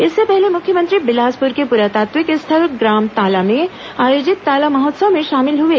इससे पहले मुख्यमंत्री बिलासपुर के पुरातात्विक स्थल ग्राम ताला में आयोजित ताला महोत्सव में शामिल हए